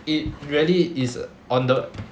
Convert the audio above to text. it really is on the